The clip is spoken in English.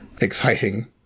exciting